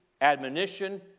admonition